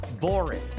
boring